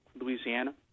Louisiana